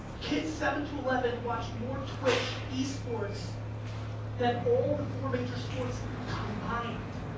kids seven to eleven watch more twitch, esports than all the four major sports combined.